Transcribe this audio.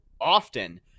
often